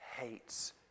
Hates